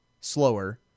slower